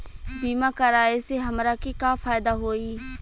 बीमा कराए से हमरा के का फायदा होई?